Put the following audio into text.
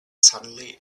suddenly